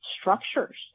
structures